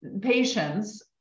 patients